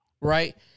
Right